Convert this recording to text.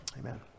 Amen